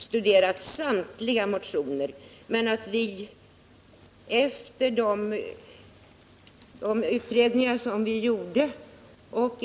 Herr talman! Jag kan försäkra Marianne Karlsson att vi mycket noggrant har studerat samtliga motioner.